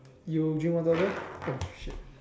you drink water also oh shit